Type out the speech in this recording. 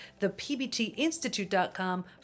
ThePBTInstitute.com